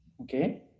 okay